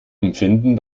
empfinden